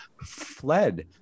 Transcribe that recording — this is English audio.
fled